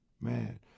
man